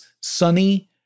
sunny